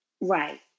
Right